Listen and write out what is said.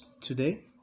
today